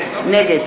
נגד